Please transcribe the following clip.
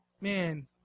Man